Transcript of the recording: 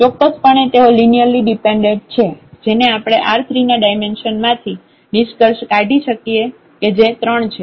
તેથી ચોક્કસપણે તેઓ લિનિયરલી ડિપેન્ડેન્ટ છે જેને આપણે R3 ના ડાયમેન્શન માંથી નિસ્કર્ષ કાઢી શકીએ જે 3 છે